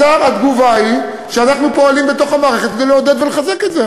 התגובה היא שאנחנו פועלים בתוך המערכת כדי לעודד ולחזק את זה.